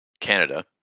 Canada